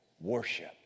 Worship